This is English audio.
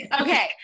Okay